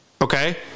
okay